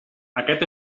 aquest